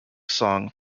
song